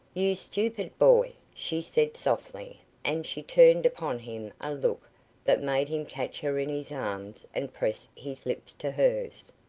you stupid boy! she said softly and she turned upon him a look that made him catch her in his arms and press his lips to hers.